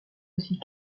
aussi